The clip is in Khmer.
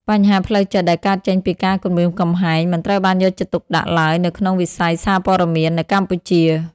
បញ្ហាផ្លូវចិត្តដែលកើតចេញពីការគំរាមកំហែង មិនត្រូវបានយកចិត្តទុកដាក់ឡើយនៅក្នុងវិស័យសារព័ត៌មាននៅកម្ពុជា។